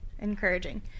encouraging